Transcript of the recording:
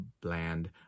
bland